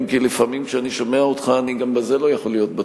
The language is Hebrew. אם כי לפעמים כשאני שומע אותך אני גם בזה לא יכול להיות בטוח,